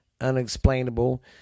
unexplainable